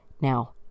now